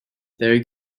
there